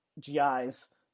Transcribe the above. GIs